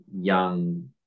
young